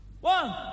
One